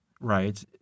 right